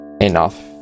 enough